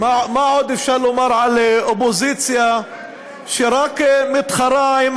מה עוד אפשר לומר על אופוזיציה שרק מתחרה עם